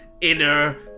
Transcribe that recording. inner